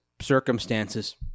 circumstances